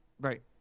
Right